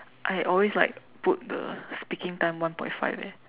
I always like put the speaking time one point five eh